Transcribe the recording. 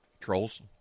Trolls